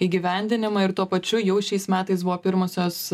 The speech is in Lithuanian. įgyvendinimą ir tuo pačiu jau šiais metais buvo pirmosios